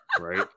Right